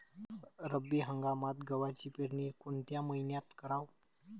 रब्बी हंगामात गव्हाची पेरनी कोनत्या मईन्यात कराव?